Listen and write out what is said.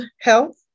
health